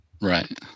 Right